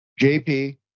JP